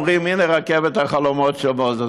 אומרים: הנה רכבת החלומות של מוזס,